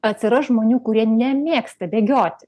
atsiras žmonių kurie nemėgsta bėgioti